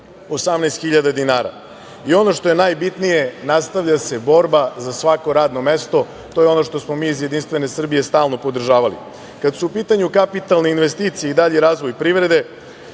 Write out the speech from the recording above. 18.000 dinara. Ono što je najbitnije, nastavlja se borba za svako radno mesto. To je ono što smo mi iz JS stalno podržavali. Kada su u pitanju kapitalne investicije i dalji razvoj privrede,